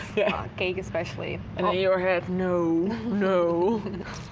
yeah cake especially. in your head, no, no.